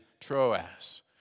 Troas